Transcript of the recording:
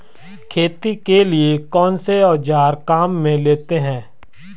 खेती के लिए कौनसे औज़ार काम में लेते हैं?